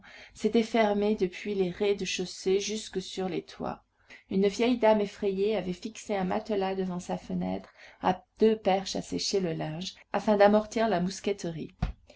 s'étaient fermés depuis les rez-de-chaussée jusque sur les toits une vieille femme effrayée avait fixé un matelas devant sa fenêtre à deux perches à sécher le linge afin d'amortir la